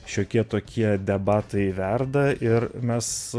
šiokie tokie debatai verda ir mes